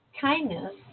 kindness